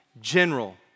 general